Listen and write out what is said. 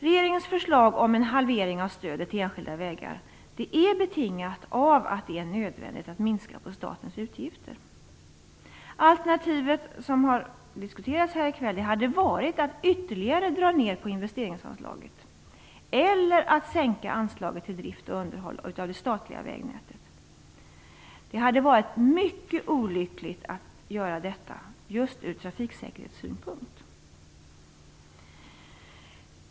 Regeringens förslag om en halvering av stödet till enskilda vägar är betingat av att det är nödvändigt att minska på statens utgifter. Alternativet som har diskuterats här i kväll hade varit att ytterligare dra ner på investeringsanslaget eller att minska anslaget till drift och underhåll av det statliga vägnätet. Det hade varit mycket olyckligt att genomföra detta just från trafiksäkerhetssynpunkt.